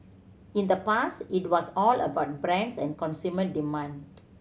in the past it was all about brands and consumer demand